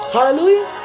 Hallelujah